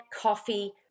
coffee